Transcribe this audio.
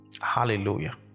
hallelujah